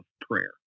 prayer